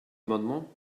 amendement